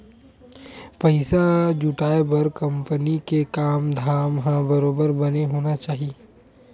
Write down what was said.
पइसा जुटाय बर कंपनी के काम धाम ह बरोबर बने होना चाही